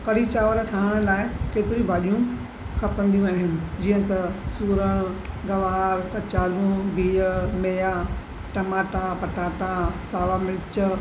कढ़ी चांवर ठाहिण लाइ केतिरियूं भाॼियूं खपंदियूं आहिनि जीअं त सूरण गवार कचालू भीअ मेआ टमाटा पटाटा सावा मिर्च